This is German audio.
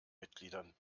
mitgliedern